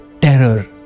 terror